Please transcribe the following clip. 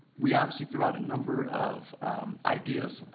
we obviously threw out a number of ideas,